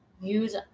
Use